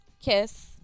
Kiss